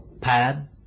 pad